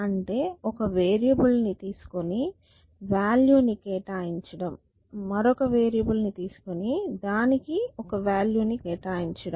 అంటే ఒక వేరియబుల్ ని తీసుకుని వాల్యూ ని కేటాయించడం మరొక వేరియబుల్ ని తీసుకుని దానికి వాల్యూ ని కేటాయించడం